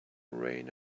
reign